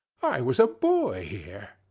i was a boy here!